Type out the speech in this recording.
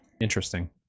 interesting